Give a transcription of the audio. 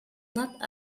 not